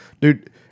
dude